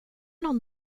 någon